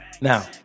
Now